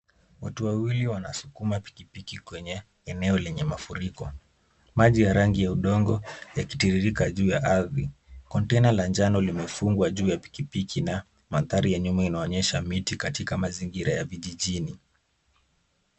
Watu wawili wanasukuma pikipiki kwenye eneo lenye mafuriko. Maji ya rangi ya udongo yakitiririka juu ya ardhi. Container la njano limefungwa juu ya pikipiki, na mandhari ya nyuma inaonyesha miti katika mazingira ya vijijini.